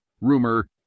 Rumor